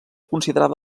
considerada